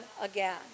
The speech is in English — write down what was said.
again